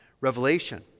Revelation